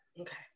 Okay